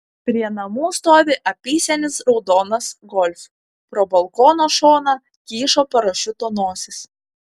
prie namų stovi apysenis raudonas golf pro balkono šoną kyšo parašiuto nosis